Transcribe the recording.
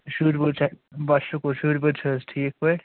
شُرۍ وُرۍ چھَا بَس شُکُر شُرۍ وُرۍ چھَا حظ ٹھیٖک پٲٹھۍ